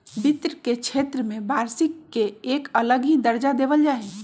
वित्त के क्षेत्र में वार्षिक के एक अलग ही दर्जा देवल जा हई